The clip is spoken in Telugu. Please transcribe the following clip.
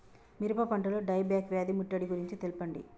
మిరప పంటలో డై బ్యాక్ వ్యాధి ముట్టడి గురించి తెల్పండి?